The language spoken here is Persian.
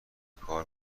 کار